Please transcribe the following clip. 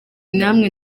namwe